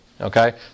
Okay